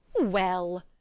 Well